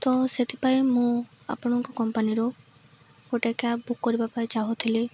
ତ ସେଥିପାଇଁ ମୁଁ ଆପଣଙ୍କ କମ୍ପାନୀରୁ ଗୋଟେ କ୍ୟାବ୍ ବୁକ୍ କରିବା ପାଇଁ ଚାହୁଁଥିଲି